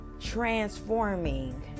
transforming